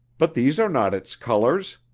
but these are not its colors!